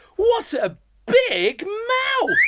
what a big mouth,